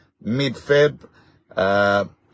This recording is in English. Mid-Feb